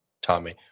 tommy